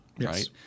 right